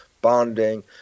bonding